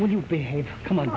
when you behave come on